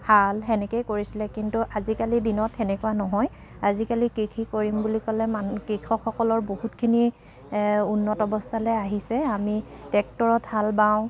হাল সেনেকেই কৰিছিলে কিন্তু আজিকালি দিনত সেনেকুৱা নহয় আজিকালি কৃষি কৰিম বুলি ক'লে মানু কৃষকসকলৰ বহুতখিনি উন্নত অৱস্থালৈ আহিছে আমি ট্ৰেক্টৰত হাল বাওঁ